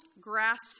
grasped